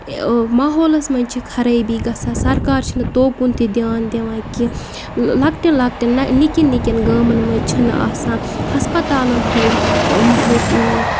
ماحولَس منٛز چھِ خرٲبی گژھان سَرکار چھِنہٕ توکُن تہِ دیان دِوان کینٛہہ لۄکٹہِ لۄکٹٮ۪ن نِکیٚن نِکیٚن گامَن منٛز چھِنہٕ آسان ہَسپَتالَن ہٕنٛز